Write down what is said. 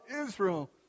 Israel